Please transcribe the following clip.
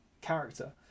character